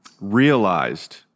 realized